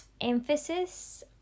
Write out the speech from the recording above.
emphasis